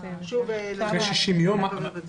היה משהו עם 60 ימים.